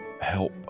help